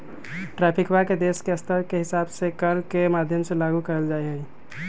ट्रैफिकवा के देश के स्तर के हिसाब से कर के माध्यम से लागू कइल जाहई